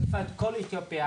מקיפה את כל אתיופיה,